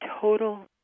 total